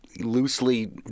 Loosely